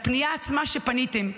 לפנייה עצמה שפניתם,